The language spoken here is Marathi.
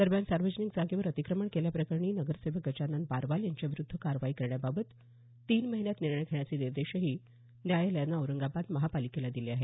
दरम्यान सार्वजनिक जागेवर अतिक्रमण केल्याप्रकरणी नगरसेवक गजानन बारवाल यांच्याविरूद्ध कारवाई करण्याबाबत तीन महिन्यात निर्णय घेण्याचे निर्देशही न्यायालयानं औरंगाबाद महानगरपालिकेला दिले आहेत